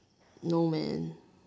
no man